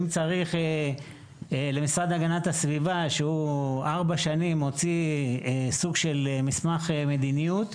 אם צריך למשרד להגנת הסביבה שהוא ארבע שנים הוציא סוג של מסמך מדיניות,